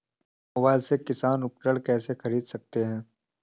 Mobile से किसान उपकरण कैसे ख़रीद सकते है?